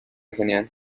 genial